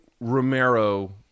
Romero